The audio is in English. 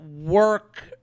work